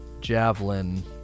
Javelin